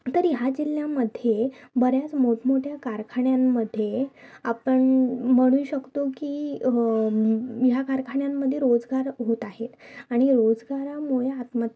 तर ह्या जिल्ह्यामध्ये बऱ्याच मोठमोठ्या कारखान्यांमध्ये आपण म्हणू शकतो की ह या कारखान्यांमध्ये रोजगार होत आहेत आणि रोजगारामुळे आत्म